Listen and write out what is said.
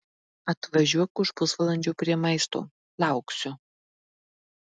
atvažiuok už pusvalandžio prie maisto lauksiu